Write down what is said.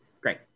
Great